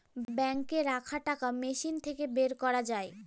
বাঙ্কে রাখা টাকা মেশিন থাকে বের করা যায়